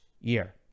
year